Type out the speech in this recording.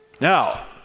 Now